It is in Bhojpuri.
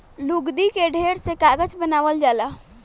लुगदी के ढेर से कागज बनावल जाला